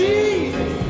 Jesus